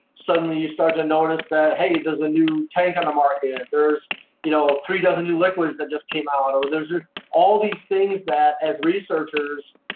suddenly you start to notice that, hey, there's a new take on the market. there's you know ah three dozen new liquids that just came out or there's. ah all these things that, as researchers,